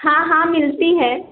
हाँ हाँ मिलती है